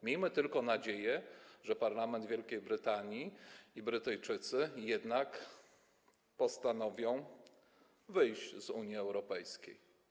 Miejmy tylko nadzieję, że Parlament Wielkiej Brytanii i Brytyjczycy jednak postanowią wyjść z Unii Europejskiej.